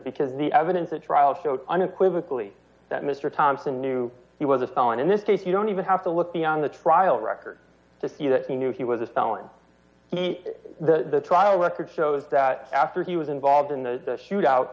because the evidence at trial showed unequivocally that mr thompson knew he was a felon in this case you don't even have to look beyond the trial record to see that he knew he was a felon the trial record shows that after he was involved in the shoot out